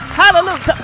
hallelujah